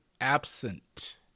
absent